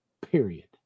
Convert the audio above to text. period